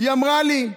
היא אמרה לי: